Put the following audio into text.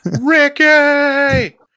Ricky